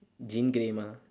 jean grey mah